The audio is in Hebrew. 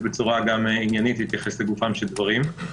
ולהתייחס בצורה עניינית לגופם של דברים.